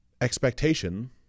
expectation